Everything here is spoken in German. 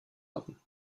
hatten